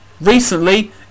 Recently